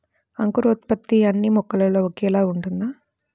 అంకురోత్పత్తి అన్నీ మొక్కలో ఒకేలా ఉంటుందా?